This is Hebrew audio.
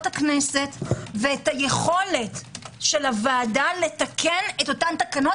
הכנסת ואת היכולת של הוועדה לתקן תקנות.